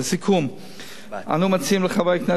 אנו מציעים לחברי הכנסת לתמוך בהצעת החוק,